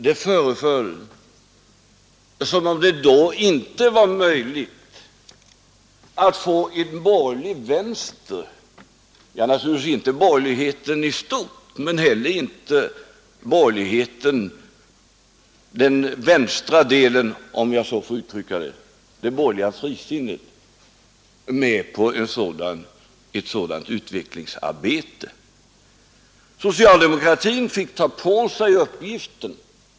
Det föreföll som om det då inte var möjligt att få en borgerlig vänster —- det borgerliga frisinnet med på ett sådant utvecklingsarbete. Socialdemokratin fick ta på sig uppgiften.